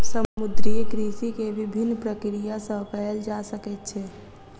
समुद्रीय कृषि के विभिन्न प्रक्रिया सॅ कयल जा सकैत छै